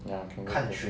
ya can go play